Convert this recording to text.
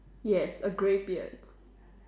yes a grey beard